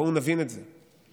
בואו נבין את זה.